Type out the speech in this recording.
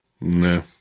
No